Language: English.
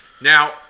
Now